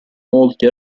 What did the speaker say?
molti